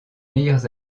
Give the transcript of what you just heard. meilleurs